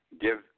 give